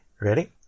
ready